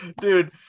Dude